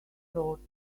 thought